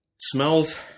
Smells